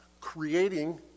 creating